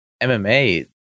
MMA